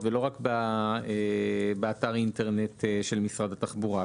ולא רק באתר האינטרנט של משרד התחבורה?